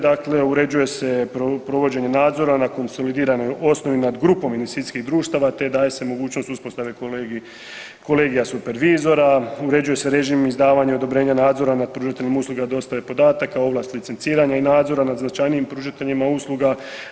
Dakle, uređuje se provođenje nadzora na konsolidiranoj osnovi nad grupom investicijskih društava te daje se mogućnosti uspostave kolegija supervizora, uređuje se režim izdavanja i odobrenja nadzora nad pružateljima usluga dostave podataka, ovlast licenciranja i nadzora nad značajnijim pružateljima uslugama.